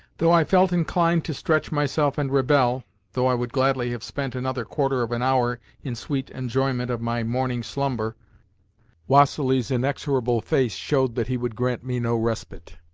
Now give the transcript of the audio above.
though i felt inclined to stretch myself and rebel though i would gladly have spent another quarter of an hour in sweet enjoyment of my morning slumber vassili's inexorable face showed that he would grant me no respite,